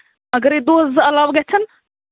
اَگرٕے دۄہ زٕ عَلاوٕ گژھَن